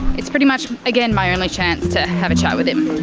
it's pretty much, again, my only chance to have a chat with him.